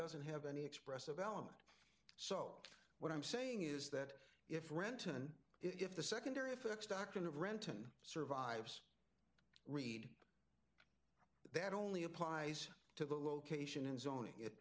doesn't have any expressive element so what i'm saying is that if renton if the secondary effects doctrine of renton survives read that only applies to the location in zon